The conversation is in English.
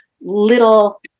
little